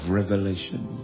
revelation